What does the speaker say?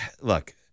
look